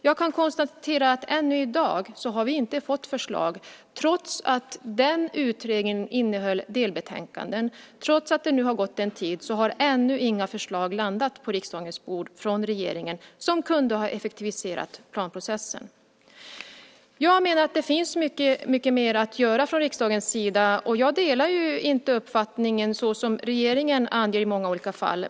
Jag kan konstatera att ännu i dag har vi inte fått förslag, trots att den utredningen innehöll delbetänkanden. Trots att det nu har gått en tid har ännu inga förslag landat på riksdagens bord från regeringen som kunde ha effektiviserat planprocessen. Jag menar att det finns mycket mer att göra från riksdagens sida. Jag delar inte regeringens uppfattning i många fall.